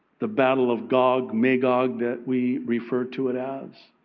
the battle of gog magog that we refer to it as.